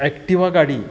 Activa गाडी